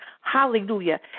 Hallelujah